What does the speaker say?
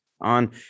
on